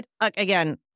Again